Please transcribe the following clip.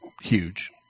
huge